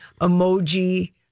emoji